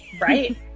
Right